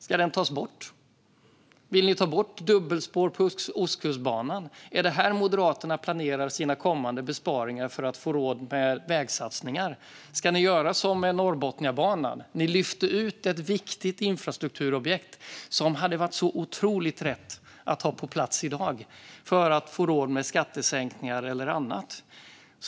Ska den tas bort? Vill ni ta bort dubbelspår på Ostkustbanan? Är det här Moderaterna planerar sina kommande besparingar för att få råd med vägsatsningar? Ska ni göra som med Norrbotniabanan? Ni lyfte ut ett viktigt infrastrukturobjekt som hade varit så otroligt rätt att ha på plats i dag för att få råd med skattesänkningar eller annat.